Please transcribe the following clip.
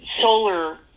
solar